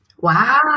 Wow